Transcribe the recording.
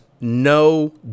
no